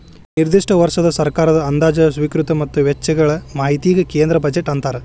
ನಿರ್ದಿಷ್ಟ ವರ್ಷದ ಸರ್ಕಾರದ ಅಂದಾಜ ಸ್ವೇಕೃತಿ ಮತ್ತ ವೆಚ್ಚಗಳ ಮಾಹಿತಿಗಿ ಕೇಂದ್ರ ಬಜೆಟ್ ಅಂತಾರ